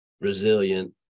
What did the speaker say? resilient